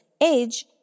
age